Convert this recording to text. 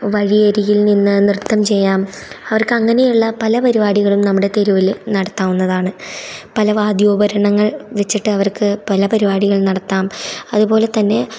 വഴിയരികിൽ നിന്നു നൃത്തം ചെയ്യാം അവർക്ക് അങ്ങനെയുള്ള പല പരിപാടികളും നമ്മുടെ തെരുവിൽ നടത്താവുന്നതാണ് പല വാദ്യോപരണങ്ങൾ വെച്ചിട്ട് അവർക്ക് പല പരിപാടികൾ നടത്താം അതുപോലെ തന്നെ